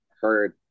heard